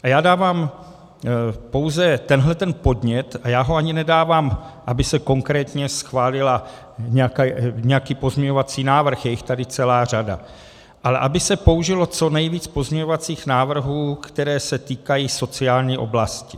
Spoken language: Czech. A já dávám pouze tenhleten podnět, a já ho ani nedávám, aby se konkrétně schválil nějaký pozměňovací návrh, je jich tady celá řada, ale aby se použilo co nejvíce pozměňovacích návrhů, které se týkají sociální oblasti.